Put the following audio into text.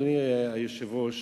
אדוני היושב-ראש,